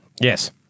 Yes